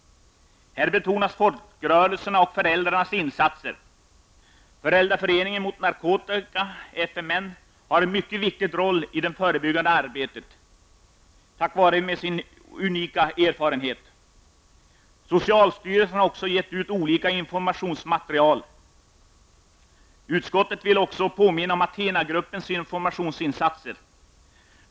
Här betonas folkrörelsernas och föräldrarnas insatser. Föräldraföreningen mot narkotika, FMN, har, tack vare sin unika erfarenhet, en mycket viktig roll i det förebyggande arbetet. Socialstyrelsen har också gett ut olika informationsskrifter. Utskottet vill också påminna om att Athenagruppens informationsinsatser.